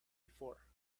before